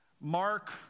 Mark